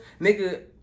Nigga